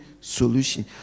solution